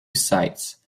sites